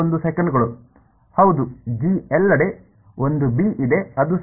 ಹೌದು ಜಿ ಎಲ್ಲೆಡೆ ಒಂದು ಬಿ ಇದೆ ಅದು ಸರಿ